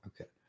okay